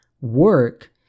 work